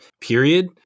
period